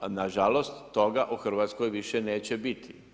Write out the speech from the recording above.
A nažalost, toga u Hrvatskoj više neće biti.